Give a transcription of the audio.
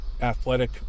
athletic